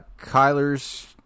Kyler's